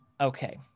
Okay